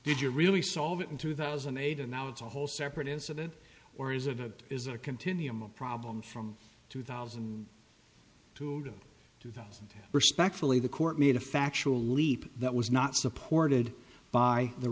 did you really solve it in two thousand and eight and now it's a whole separate incident or is it is a continuum a problem from two thousand and two to two thousand respectfully the court made a factual leap that was not supported by the